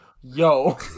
Yo